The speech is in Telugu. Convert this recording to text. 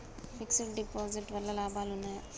ఫిక్స్ డ్ డిపాజిట్ వల్ల లాభాలు ఉన్నాయి?